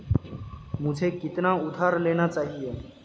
मुझे कितना उधार लेना चाहिए?